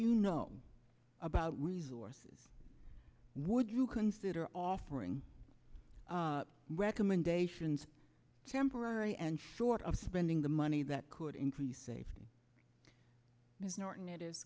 you know about resorts is would you consider offering recommendations temporary and short of spending the money that could increase safety ms norton it is